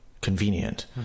convenient